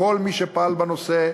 כל מי שפעל בנושא,